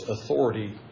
authority